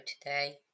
today